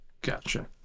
Gotcha